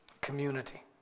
community